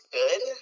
good